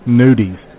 nudies